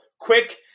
quick